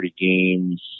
games